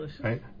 Right